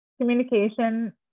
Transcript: communication